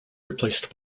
replaced